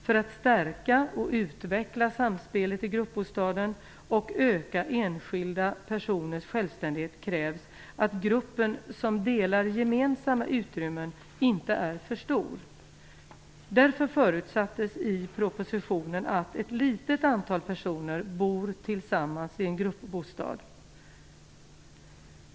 För att stärka och utveckla samspelet i gruppbostaden och öka enskilda personers självständighet krävs att gruppen, som delar gemensamma utrymmen, inte är för stor. Därför förutsattes i propositionen att ett litet antal personer bor tillsammans i en gruppbostad.